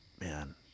Man